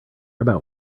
about